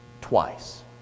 twice